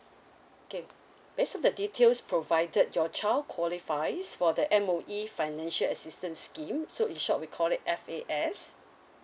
okay based on the details provided your child qualifies for the M_O_E financial assistance scheme so in short we call it F_A_S